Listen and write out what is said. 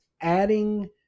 adding